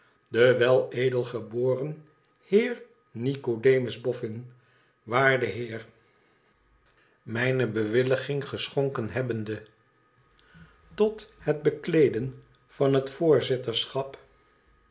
verzegeld denweledelgeboren heer nicodemus boffin waarde heer mijne bewilliging geschonken hebbende tot het bekleeden van het voorzitterschap